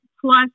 plus